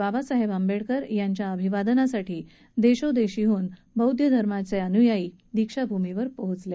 बाबासाहेब आंबेडकर यांना अभिवादनासाठी देश विदेशातील बौद्ध धर्माचे अन्यायी दीक्षाभूमीवर पोहोचले